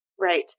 Right